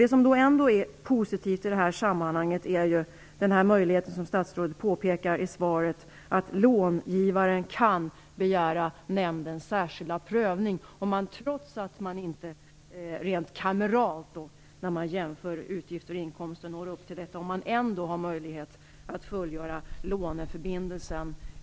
Det som ändå är positivt i sammanhanget är den möjlighet som finns och som statsrådet påpekar i svaret, nämligen att långivaren kan begära nämndens särskilda prövning, om de sökande vid en jämförelse mellan utgifter och inkomster inte så att säga rent kameralt uppfyller kraven men ändå har möjlighet att fullgöra låneförbindelsen.